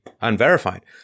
unverified